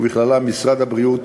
ובכללם משרד הבריאות,